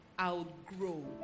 outgrow